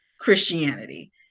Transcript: Christianity